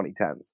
2010s